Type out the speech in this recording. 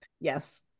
yes